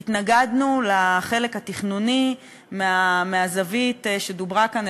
התנגדנו לחלק התכנוני מהזווית שדוברה כאן גם